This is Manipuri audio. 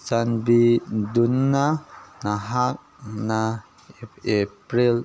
ꯆꯥꯟꯕꯤꯗꯨꯅ ꯅꯍꯥꯛꯅ ꯑꯦꯄ꯭ꯔꯤꯜ